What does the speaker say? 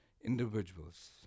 individuals